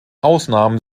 ausnahmen